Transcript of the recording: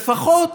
לפחות